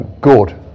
good